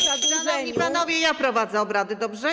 Szanowni panowie, ja prowadzę obrady, dobrze?